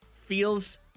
feels